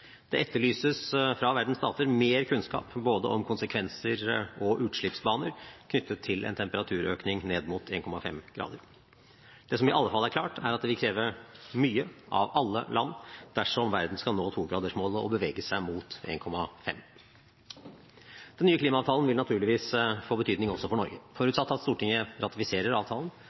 Det etterlyses fra verdens stater mer kunnskap om både konsekvenser og utslippsbaner knyttet til en temperaturøkning ned mot 1,5 grader. Det som i alle fall er klart, er at det vil kreve mye av alle land dersom verden skal nå togradersmålet og bevege seg mot 1,5 grader. Den nye klimaavtalen vil naturligvis få betydning også for Norge. Forutsatt at Stortinget ratifiserer avtalen,